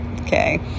okay